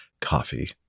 coffee